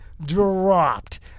dropped